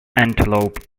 antelope